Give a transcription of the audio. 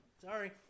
Sorry